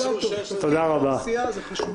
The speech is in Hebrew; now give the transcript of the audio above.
תודה רבה.